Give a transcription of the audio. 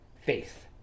faith